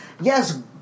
Yes